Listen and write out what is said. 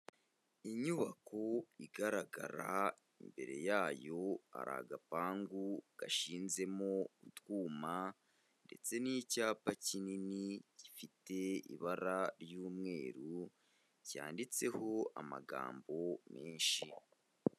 Inyubako igaragara, imbere yayo hari agapangu gashinzemo utwuma, ndetse n'icyapa kinini gifite ibara y'umweru, cyanditseho amagambo menshi.